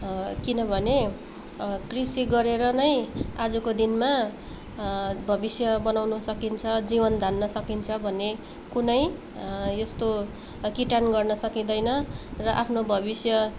किनभने कृषि गरेर नै आजको दिनमा भविष्य बनाउनु सकिन्छ जीवन धान्न सकिन्छ भन्ने कुनै यस्तो किटान गर्न सकिँदैन र आफ्नो भविष्य